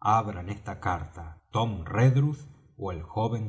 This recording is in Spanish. abran esta carta tom redruth ó el joven